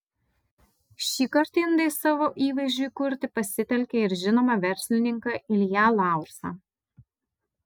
šįkart indai savo įvaizdžiui kurti pasitelkė ir žinomą verslininką ilją laursą